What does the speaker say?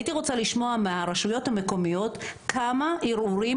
הייתי רוצה לשמוע מהרשויות המקומיות כמה ערעורים